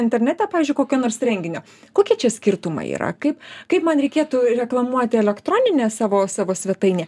internete pavyzdžiui kokio nors renginio kokie čia skirtumai yra kaip kaip man reikėtų reklamuoti elektroninę savo savo svetainę